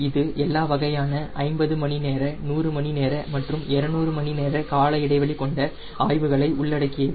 இது எல்லா வகையான 50 மணி நேர 100 மணி நேர மற்றும் 200 மணி நேர கால இடைவெளி கொண்ட ஆய்வுகளை உள்ளடக்கியது